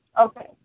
Okay